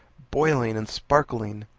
boiling and sparkling.